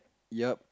yup